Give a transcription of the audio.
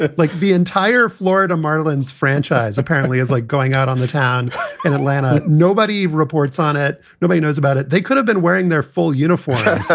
like the entire florida marlins franchise apparently is like going out on the town in atlanta. nobody reports on it. nobody knows about it. they could have been wearing their full uniforms.